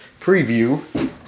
preview